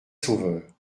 sauveur